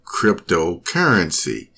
cryptocurrency